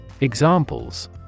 Examples